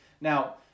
Now